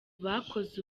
bakoze